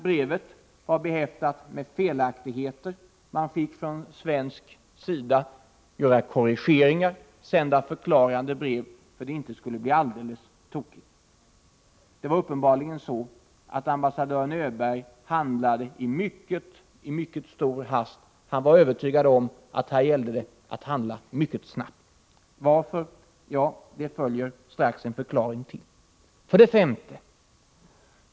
Brevet var behäftat med felaktigheter — man fick från svensk sida göra korrigeringar, sända förklarande brev, för att det inte skulle bli tokigt. Ambassadören Öberg handlade uppenbarligen i mycket stor hast. Han var övertygad om att här gällde det att handla mycket snabbt. Varför? Det följer strax en förklaring. 5.